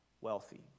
wealthy